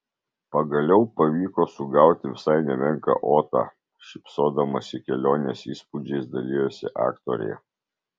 pagaliau pavyko sugauti visai nemenką otą šypsodamasi kelionės įspūdžiais dalijosi aktorė